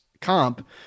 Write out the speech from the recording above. comp